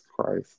Christ